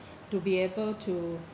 to be able to